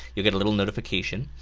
you'll get a little notification,